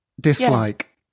dislike